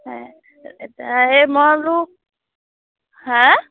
এই এতিয়া সেই মই বোলো হাঁ